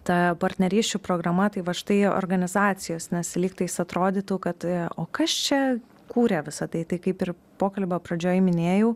ta partnerysčių programa tai va štai organizacijos nes lygtais atrodytų kad o kas čia kūrė visa tai kaip ir pokalbio pradžioje minėjau